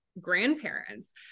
grandparents